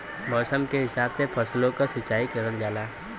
मौसम के हिसाब से फसलो क सिंचाई करल जाला